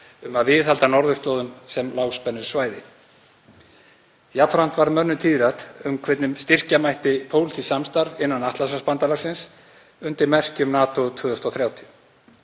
um að viðhalda norðurslóðum sem lágspennusvæði. Jafnframt varð mönnum tíðrætt um hvernig styrkja mætti pólitískt samstarf innan Atlantshafsbandalagsins undir merkjum NATO 2030.